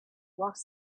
was